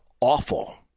awful